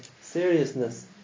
seriousness